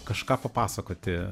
kažką papasakoti